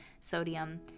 sodium